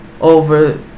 over